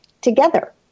together